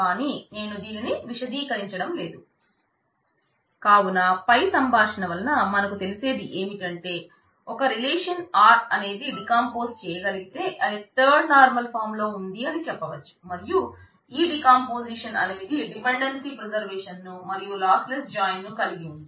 కాని నేను దీనిని విశదీకరించడం లేదు కావున పై సంభాషణ వలన మనకు తెలిసేది ఏమిటంటే ఒక రిలేషన్ ను కలిగి ఉంది